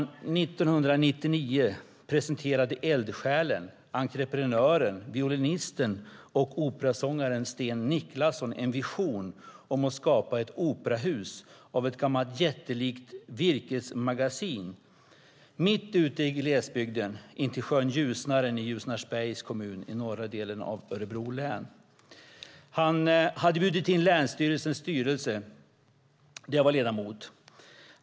År 1999 presenterade eldsjälen, entreprenören, violinisten och operasångaren Sten Niclasson en vision om att skapa ett operahus av ett jättelikt gammalt virkesmagasin mitt ute i glesbygden intill sjön Ljusnaren i Ljusnarsbergs kommun i norra delen av Örebro län. Han hade bjudit in länsstyrelsens styrelse, där jag var ledamot.